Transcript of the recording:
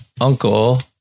uncle